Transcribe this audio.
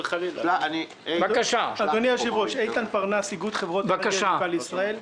אני מאיגוד חברות אנרגיה ירוקה לישראל.